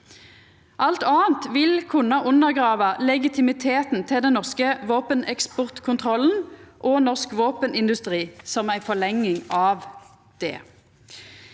Alt anna vil kunna undergrava legitimiteten til den norske våpeneksportkontrollen og norsk våpenindustri, som ei forlenging av det.